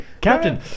Captain